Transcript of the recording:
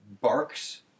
barks